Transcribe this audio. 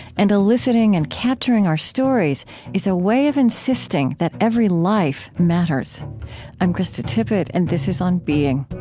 and eliciting and capturing our stories is a way of insisting that every life matters i'm krista tippett, and this is on being